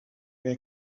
very